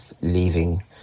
leaving